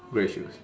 grey shoes